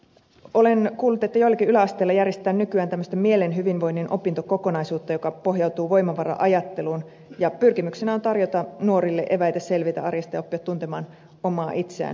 olen kuullut että joillakin yläasteilla järjestetään nykyään tämmöistä mielen hyvinvoinnin opintokokonaisuutta joka pohjautuu voimavara ajatteluun ja pyrkimyksenä on tarjota nuorille eväitä selvitä arjesta ja oppia tuntemaan omaa itseään